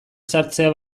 sartzea